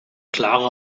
klare